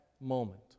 moment